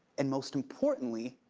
and most importantly,